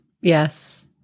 Yes